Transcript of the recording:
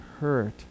hurt